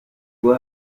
bwo